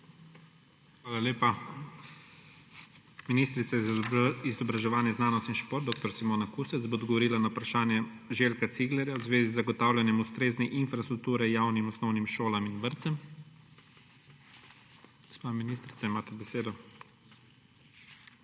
Hvala lepa. Ministrica za izobraževanje, znanost in šport, dr. Simona Kustec bo odgovorila na vprašanje Željka Ciglerja v zvezi z zagotavljanjem ustrezne infrastrukture javnim osnovnim šolam in vrtcem. Gospa ministrica, imate besedo. **DR.